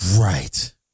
Right